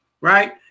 right